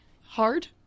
Hard